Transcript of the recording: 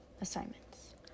Assignments